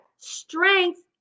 Strength